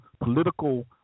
political